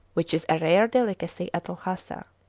which is a rare delicacy at lhasa.